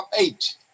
eight